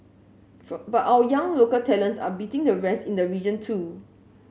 for but our young local talents are beating the rest in the region too